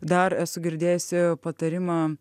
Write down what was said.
dar esu girdėjusi patarimą